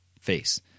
face